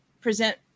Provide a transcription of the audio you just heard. present